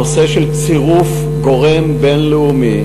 הנושא של צירוף גורם בין-לאומי,